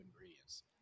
ingredients